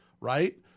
right